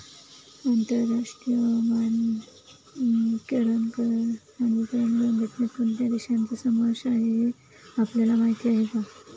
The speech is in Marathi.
आंतरराष्ट्रीय मानकीकरण संघटनेत कोणत्या देशांचा समावेश आहे हे आपल्याला माहीत आहे का?